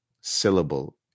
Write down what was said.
syllable